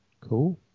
Cool